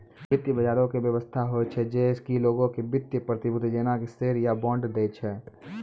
वित्त बजारो के व्यवस्था होय छै जे कि लोगो के वित्तीय प्रतिभूति जेना कि शेयर या बांड दै छै